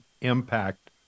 impact